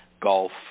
golf